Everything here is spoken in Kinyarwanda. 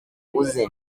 uze